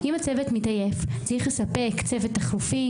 אם הצוות מתעייף, צריך לספק צוות חלופי.